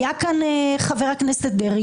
היה כאן חבר הכנסת דרעי,